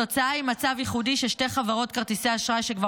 התוצאה היא מצב ייחודי ששתי חברות כרטיסי האשראי שכבר